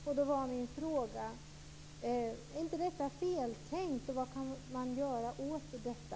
Min fråga var: Är inte detta feltänkt, och vad kan man göra åt detta?